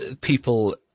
people